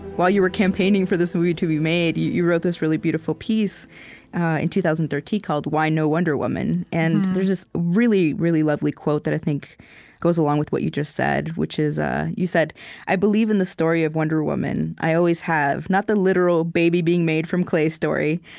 while you were campaigning for this movie to be made, you you wrote this really beautiful piece in two thousand and thirteen, called why no wonder woman? and there's this really really lovely quote that i think goes along with what you just said, which is, ah you said i believe in the story of wonder woman. i always have. not the literal baby-being-made-from-clay story,